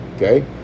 Okay